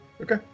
Okay